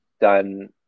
done